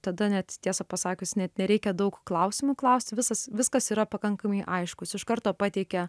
tada net tiesą pasakius net nereikia daug klausimų klaust visas viskas yra pakankamai aišku jis iš karto pateikia